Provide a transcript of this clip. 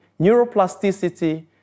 neuroplasticity